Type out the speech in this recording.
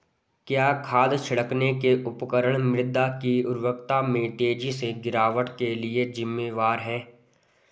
क्या खाद छिड़कने के उपकरण मृदा की उर्वरता में तेजी से गिरावट के लिए जिम्मेवार हैं?